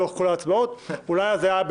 איתן.